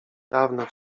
dawne